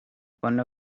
one